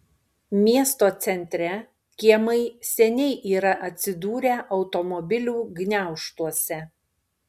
miesto centre kiemai seniai yra atsidūrę automobilių gniaužtuose